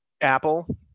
Apple